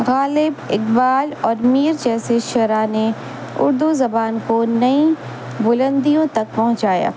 غالب اقبال اور میر جیسے شعرا نے اردو زبان کو نئی بلندیوں تک پہنچایا